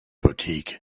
boutique